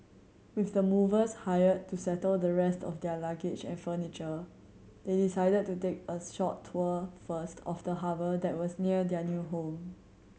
with the movers hired to settle the rest of their luggage and furniture they decided to take a short tour first of the harbour that was near their new home